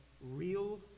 real